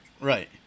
Right